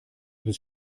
bist